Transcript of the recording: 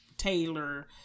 Taylor